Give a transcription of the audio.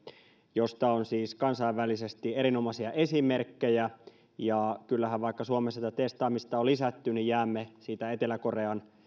josta on siis kansainvälisesti erinomaisia esimerkkejä ja vaikka suomessa tätä testaamista on lisätty niin kyllähän jäämme siitä etelä korean